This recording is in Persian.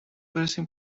برسیم